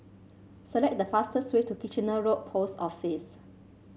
select the fastest way to Kitchener Road Post Office